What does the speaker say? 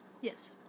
Yes